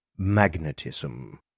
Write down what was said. Magnetism